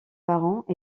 parents